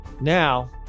Now